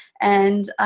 and